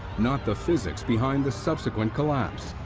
not the physics behind the subsequent collapse.